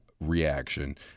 reaction